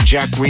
Jack